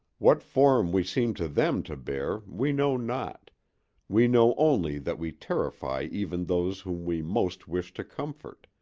what form we seem to them to bear we know not we know only that we terrify even those whom we most wish to comfort,